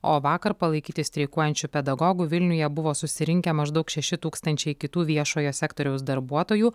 o vakar palaikyti streikuojančių pedagogų vilniuje buvo susirinkę maždaug šeši tūkstančiai kitų viešojo sektoriaus darbuotojų